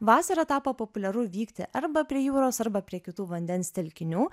vasarą tapo populiaru vykti arba prie jūros arba prie kitų vandens telkinių